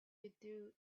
withdrew